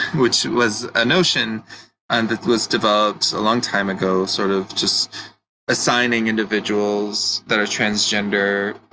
which was a notion and that was developed a long time ago, sort of just assigning individuals that are transgender,